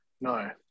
No